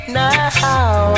now